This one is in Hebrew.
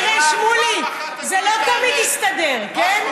תראה, שמולי, זה לא תמיד יסתדר, כן?